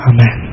Amen